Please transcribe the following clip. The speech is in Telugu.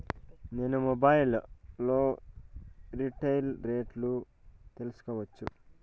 నేను మొబైల్ లో రీటైల్ రేట్లు తెలుసుకోవచ్చా?